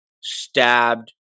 stabbed